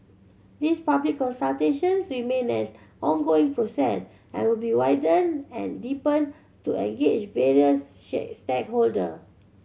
these public consultations remain an ongoing process and will be widened and deepened to engage various stakeholder